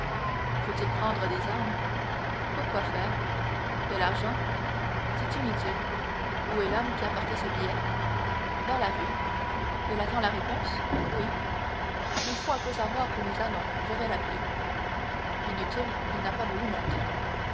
faut-il prendre des armes pour quoi faire de l'argent c'est inutile où est l'homme qui a apporté ce billet dans la rue il attend la réponse oui il faut un peu savoir où nous allons je vais l'appeler inutile il n'a pas voulu monter